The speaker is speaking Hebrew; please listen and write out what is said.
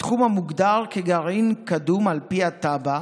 בתחום המוגדר כגרעין קדום על פי התב"ע